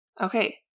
Okay